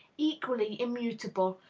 equally immutable,